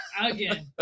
Again